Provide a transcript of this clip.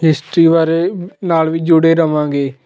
history ਬਾਰੇ ਨਾਲ ਵੀ ਜੁੜੇ ਰਵਾਂਗੇ